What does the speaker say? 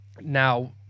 Now